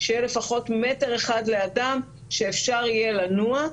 שיהיה לפחות מטר אחד לאדם שאפשר יהיה לנוע.